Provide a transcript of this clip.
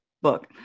Book